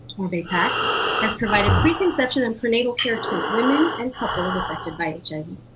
or bapac, has provided preconception and prenatal care to women and couples affected by